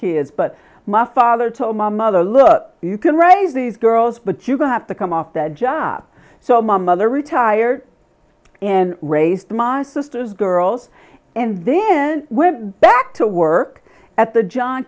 kids but my father told my mother look you can raise these girls but you have to come off that job so my mother retired and raised my sister's girls and then went back to work at the john